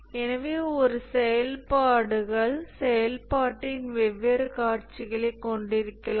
எனவே ஒரே செயல்பாடுகள் செயல்பாட்டின் வெவ்வேறு காட்சிகளைக் கொண்டிருக்கலாம்